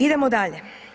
Idemo dalje.